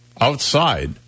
outside